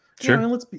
Sure